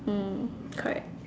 mm correct